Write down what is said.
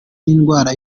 n’indwara